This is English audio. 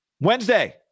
Wednesday